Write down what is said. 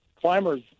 climbers